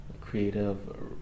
creative